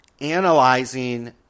analyzing